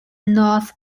north